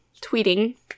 tweeting